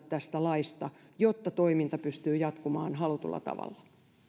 tästä laista jotta toiminta pystyy jatkumaan halutulla tavalla